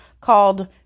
called